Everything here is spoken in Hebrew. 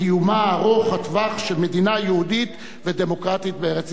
ארוך-הטווח של מדינה יהודית ודמוקרטית בארץ-ישראל.